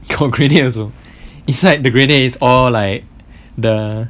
got grenade also it's like the grenade is all like the